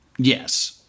Yes